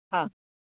हा